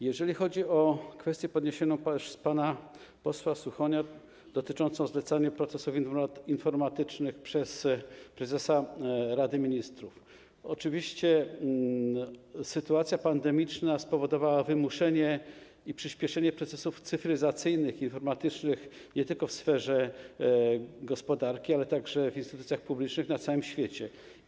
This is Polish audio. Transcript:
Jeżeli chodzi o kwestię podniesioną przez pana posła Suchonia dotyczącą zlecania procesów informatycznych przez prezesa Rady Ministrów, to oczywiście sytuacja pandemiczna spowodowała wymuszenie i przyspieszenie procesów cyfryzacyjnych, informatycznych nie tylko w sferze gospodarki, ale także w instytucjach publicznych na całym świecie.